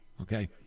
okay